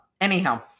Anyhow